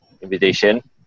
invitation